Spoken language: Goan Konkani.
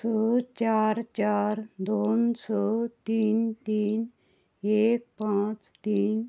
स चार चार दोन स तीन तीन एक पांच तीन